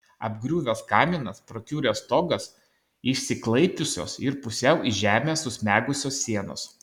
apgriuvęs kaminas prakiuręs stogas išsiklaipiusios ir pusiau į žemę susmegusios sienos